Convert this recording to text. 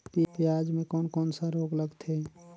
पियाज मे कोन कोन सा रोग लगथे?